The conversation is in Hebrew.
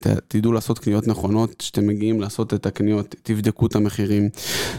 תדעו לעשות קניות נכונות כשאתם מגיעים לעשות את הקניות, תבדקו את המחירים.